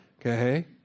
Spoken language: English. Okay